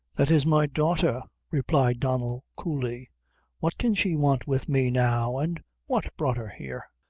that is my daughter, replied donnel, coldly what can she want with me now, and what brought her here?